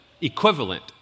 equivalent